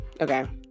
Okay